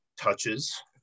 touches